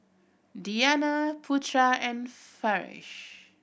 Diyana Putera and Farish